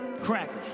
Crackers